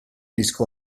disco